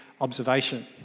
observation